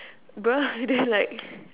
!duh! then like uh